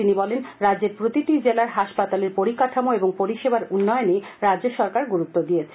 তিনি বলেন রাজ্যের প্রতিটি জেলার হাসপাতালের পরিকাঠামো ও পরিষেবার উন্নয়নে রাজ্য সরকার গুরুত্ব দিয়েছে